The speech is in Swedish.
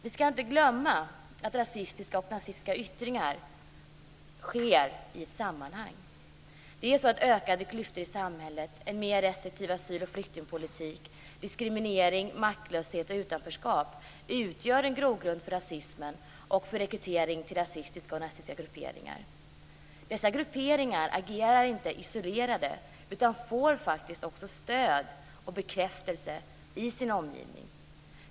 Vi ska inte glömma att rasistiska och nazistiska yttringar sker i ett sammanhang. Ökade klyftor i samhället, en mer restriktiv asyl och flyktingpolitik, diskriminering, maktlöshet och utanförskap utgör en grogrund för rasism och rekrytering till rasistiska och nazistiska grupperingar. Dessa grupperingar agerar inte isolerade utan får också stöd och bekräftelse i sin omgivning.